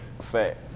Fat